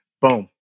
boom